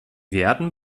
werden